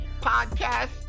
Podcast